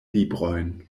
librojn